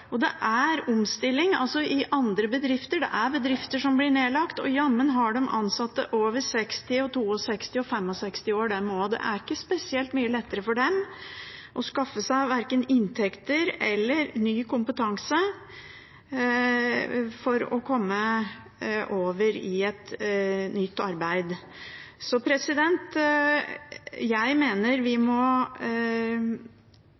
Det er omstilling i andre bedrifter, det er bedrifter som blir nedlagt, og jammen har de også ansatte over 60 år, over 62 år og over 65 år. Det er ikke spesielt mye lettere for dem å skaffe seg verken inntekter eller ny kompetanse for å komme over i et nytt arbeid. Jeg mener